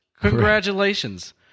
Congratulations